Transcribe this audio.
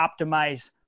optimize